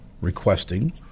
requesting